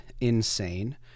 insane